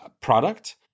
product